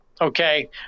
Okay